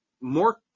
more